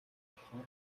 болохоор